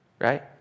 right